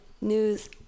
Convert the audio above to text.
news